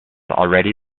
already